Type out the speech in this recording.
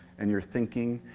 and your thinking,